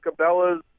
cabela's